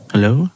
Hello